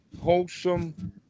wholesome